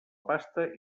pasta